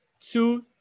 two